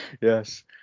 Yes